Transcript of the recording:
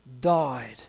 died